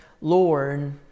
Lord